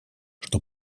что